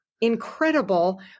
incredible